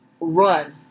run